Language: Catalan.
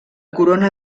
corona